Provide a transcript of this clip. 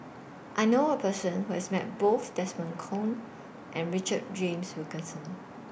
I knew A Person Who has Met Both Desmond Kon and Richard James Wilkinson